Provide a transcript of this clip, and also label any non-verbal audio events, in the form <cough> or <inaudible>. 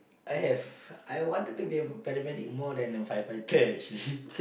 I have I wanted to be a paramedic more than a firefighter actually <breath>